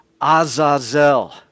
Azazel